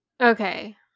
Okay